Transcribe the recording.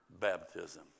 baptism